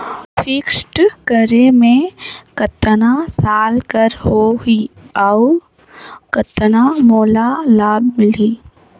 Fixed करे मे कतना साल कर हो ही और कतना मोला लाभ मिल ही?